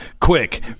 quick